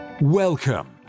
Welcome